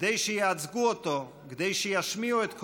כדי שייצגו אותו, כדי שישמיעו את קולו,